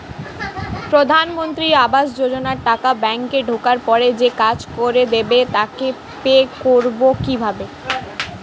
প্রধানমন্ত্রী আবাস যোজনার টাকা ব্যাংকে ঢোকার পরে যে কাজ করে দেবে তাকে পে করব কিভাবে?